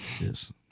Yes